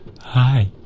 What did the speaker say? Hi